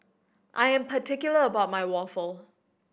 I am particular about my waffle